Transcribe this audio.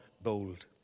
bold